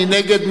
מי נגד?